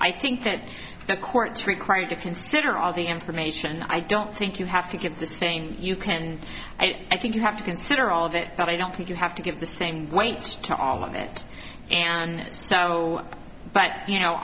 i think that the court's required to consider all the information i don't think you have to give the saying you can and i think you have to consider all of it but i don't think you have to give the same whitefish to all of it and so but you know